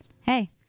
hey